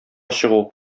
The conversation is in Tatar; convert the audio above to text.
чыгу